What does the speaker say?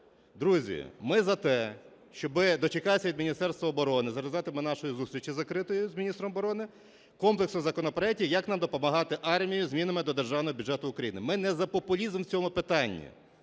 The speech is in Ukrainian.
Друзі, ми за те, щоб дочекатися від Міністерства оборони, за результатами нашої зустрічі закритої з міністром оборони, комплексу законопроектів, як нам допомагати армії змінами до Державного бюджету України. Ми не за популізм в цьому питанні,